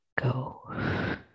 go